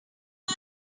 are